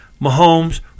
Mahomes